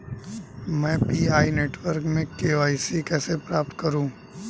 मैं Pi network में KYC कैसे प्राप्त करूँ?